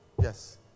Yes